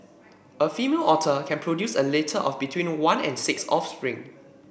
a female otter can produce a litter of between one and six offspring